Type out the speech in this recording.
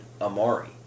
Amari